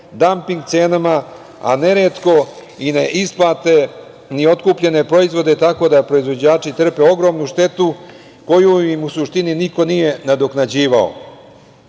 damping cenama, neretko i ne isplate ni otkupljene proizvode, tako da proizvođači trpe ogromnu štetu koju im u suštini niko nije nadoknađivao.